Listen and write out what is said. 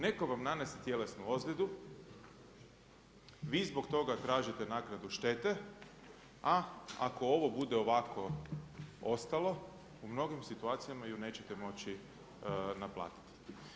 Netko vam nanese tjelesnu ozljedu, vi zbog toga tražite naknadu štete, a ako ovo bude ovako ostalo u mnogim situacijama ju nećete moći naplatiti.